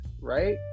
right